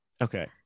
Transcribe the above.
okay